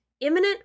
imminent